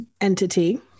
entity